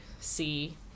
see